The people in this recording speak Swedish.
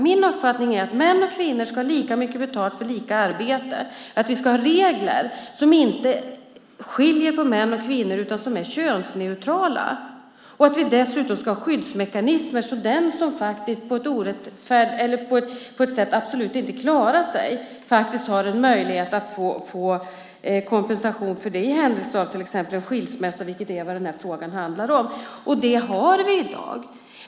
Min uppfattning är att män och kvinnor ska ha lika mycket betalt för lika arbete. Vi ska ha regler som inte skiljer på män och kvinnor utan som är könsneutrala. Vi ska dessutom ha skyddsmekanismer så att den som absolut inte klarar sig har en möjlighet att få kompensation i händelse av skilsmässa, vilket är vad frågan handlar om. Det har vi i dag.